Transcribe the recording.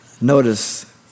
Notice